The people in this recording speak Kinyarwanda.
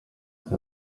hari